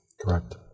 Correct